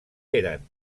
eren